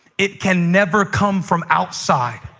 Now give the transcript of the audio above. it can never come from outside.